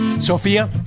Sophia